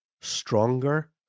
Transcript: stronger